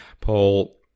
Paul